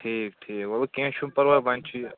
ٹھیٖک ٹھیٖک وونۍ گوٚو کیٚنٛہہ چھُنہٕ پرواے وۅنۍ چھُ یہِ